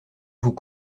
vous